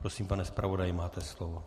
Prosím, pane zpravodaji, máte slovo.